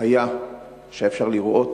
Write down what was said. שהיה אפשר לראות